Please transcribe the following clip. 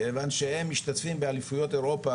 מכיוון שהם משתתפים באליפויות אירופה,